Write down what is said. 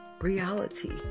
reality